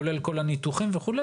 כולל כל הניתוחים וכו',